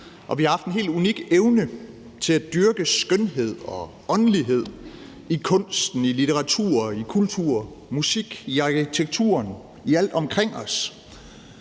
og vi har haft en helt unik evne til at dyrke skønhed og åndelighed i kunsten, i litteratur, i kultur, i musik, i arkitekturen og i alt omkring os.